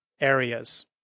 areas